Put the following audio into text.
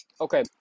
Okay